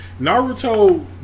Naruto